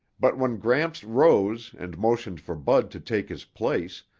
but when gramps rose and motioned for bud to take his place,